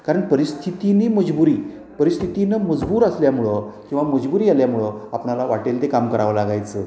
कारण परिस्थितीनी मजबुरी परिस्थितीनं मजबूर असल्यामुळं किंवा मजबुरी आल्यामुळं आपल्याला वाटेल ते काम करावं लागायचं